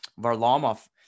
Varlamov